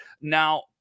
Now